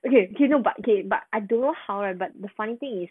okay K no but okay but I don't know how right but the funny thing is